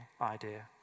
idea